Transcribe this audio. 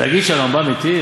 להגיד שהרמב"ם התיר?